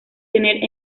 tener